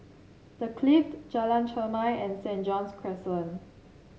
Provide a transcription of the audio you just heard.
The Clift Jalan Chermai and Saint John's Crescent